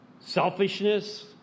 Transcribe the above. selfishness